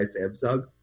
samsung